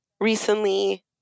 recently